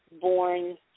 born